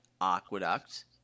Aqueduct